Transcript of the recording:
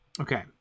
Okay